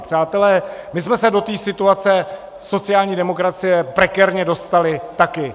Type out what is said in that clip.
Přátelé, my jsme se do té situace sociální demokracie prekérně dostali taky.